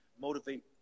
motivate